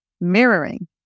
mirroring